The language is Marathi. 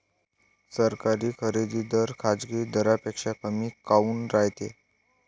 सरकारी खरेदी दर खाजगी दरापेक्षा कमी काऊन रायते?